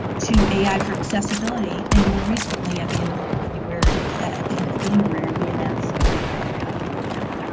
to ai for accessibility and more recently at the end of any where at the end of january we announce our ai for health program.